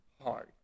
hard